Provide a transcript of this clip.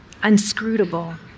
unscrutable